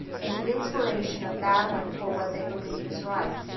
in the inspiration of battling for what they believe is right.